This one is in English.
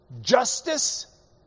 justice